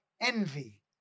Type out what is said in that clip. envy